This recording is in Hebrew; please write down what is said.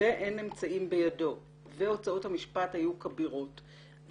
ואין אמצעים בידו והוצאות המשפט היו כבירות,